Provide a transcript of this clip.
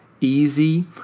easy